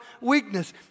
weakness